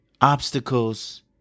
Obstacles